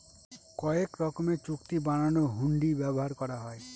কয়েক রকমের চুক্তি বানানোর হুন্ডি ব্যবহার করা হয়